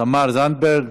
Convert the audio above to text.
תמר זנדברג,